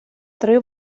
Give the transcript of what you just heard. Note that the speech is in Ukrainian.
три